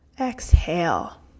exhale